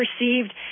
received